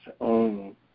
own